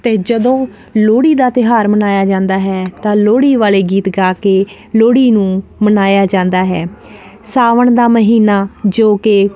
ਤੇ ਜਦੋਂ ਲੋਹੜੀ ਦਾ ਤਿਉਹਾਰ ਮਨਾਇਆ ਜਾਂਦਾ ਹੈ ਤਾਂ ਲੋੜੀ ਵਾਲੇ ਗੀਤ ਗਾ ਕੇ ਲੋੜੀ ਨੂੰ ਮਨਾਇਆ ਜਾਂਦਾ ਹੈ ਸਾਵਣ ਦਾ ਮਹੀਨਾ ਜੋ ਕਿ